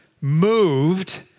moved